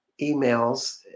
emails